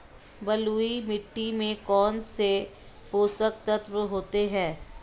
बलुई मिट्टी में कौनसे पोषक तत्व होते हैं?